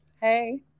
Hey